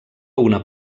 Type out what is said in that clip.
una